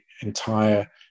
entire